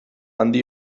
handi